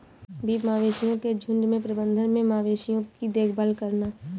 beef मवेशियों के झुंड के प्रबंधन में मवेशियों की देखभाल करना